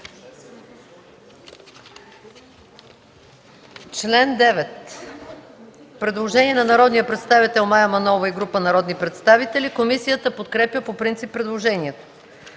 13 има предложение от народния представител Мая Манолова и група народни представители. Комисията подкрепя предложението